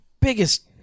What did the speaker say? biggest